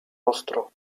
ostro